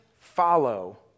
follow